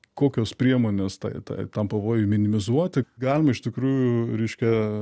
kokios priemonės tai tai tam pavojui minimizuoti galima iš tikrųjų reiškia